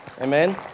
Amen